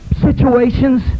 situations